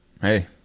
Hey